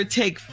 take